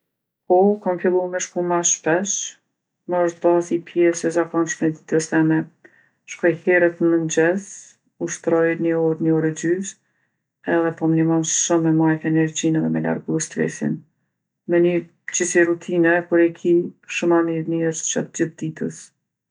Po, kom fillu me shku ma shpesh. Më osht ba si pjesë e zakonshme e ditës teme. Shkoj herët n'mengjes, ushtroj ni orë, ni orë e gjysë edhe po m'nimon shumë me majtë energjinë edhe me largu stresin. Me ni qisi rutine kur e ki shumë ma mirë nihesh gjatë gjithë ditës.